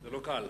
זה לא קל.